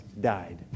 died